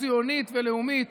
ציונית ולאומית,